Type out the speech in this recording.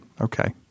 Okay